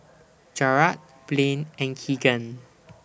Jarrad Blane and Keagan